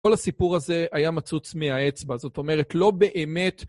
כל הסיפור הזה היה מצוץ מהאצבע, זאת אומרת, לא באמת...